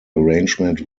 arrangement